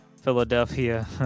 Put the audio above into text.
Philadelphia